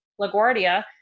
LaGuardia